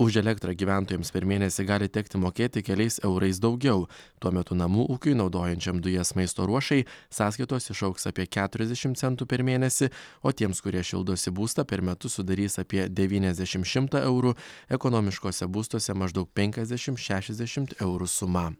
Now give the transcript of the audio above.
už elektrą gyventojams per mėnesį gali tekti mokėti keliais eurais daugiau tuo metu namų ūkiui naudojančiam dujas maisto ruošai sąskaitos išaugs apie keturiasdešim centų per mėnesį o tiems kurie šildosi būstą per metus sudarys apie devyniasdešim šimtą eurų ekonomiškose būstuose maždaug penkiasdešim šešiasdešimt eurų suma